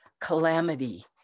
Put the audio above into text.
calamity